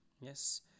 Yes